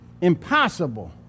Impossible